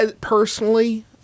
personally